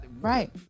right